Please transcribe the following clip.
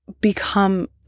become